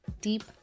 deep